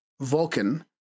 Vulcan